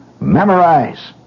memorize